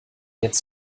jetzt